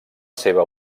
seva